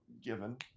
given